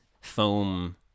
foam